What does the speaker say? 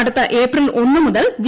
അട്ടുത്തു April ഒന്നു മുതൽ G